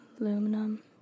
Aluminum